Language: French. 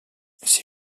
ces